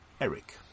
Eric